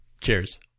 Cheers